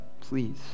Please